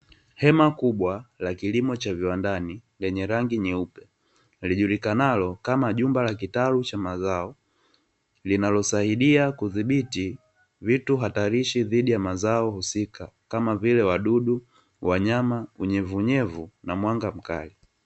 Hema kubwa la kilimo cha viwandani lenye rangi nyeupe lijulikanalo kama jumba la kitalu cha mazao, linalosaidia kudhibiti vitu hatarishi dhidi ya mazao husika, kama vile: wadudu, wanyama, unyevuunyevu na mwanga mkali.